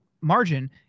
margin